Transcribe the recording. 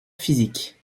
physiques